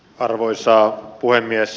arvoisa puhemies